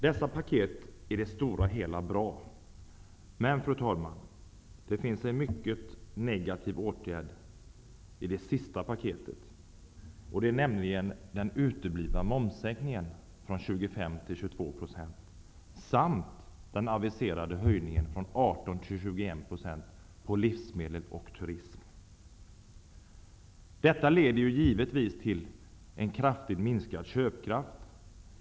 Dessa paket är i det stora hela bra, men, fru talman, det finns en mycket negativ åtgärd i det sista paketet, och det är den uteblivna momssänkningen från 25 till 22 % Detta leder givetvis till en kraftigt minskad köpkraft.